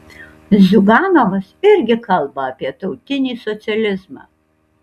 ziuganovas irgi kalba apie tautinį socializmą